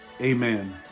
Amen